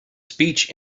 speech